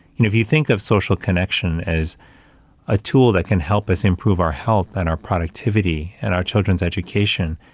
if you think of social connection as a tool that can help us improve our health and our productivity and our children's education,